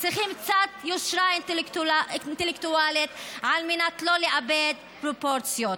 צריכים קצת יושרה אינטלקטואלית על מנת לא לאבד פרופורציות.